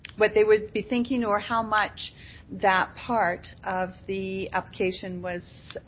but they would be thinking or how much that part of the application was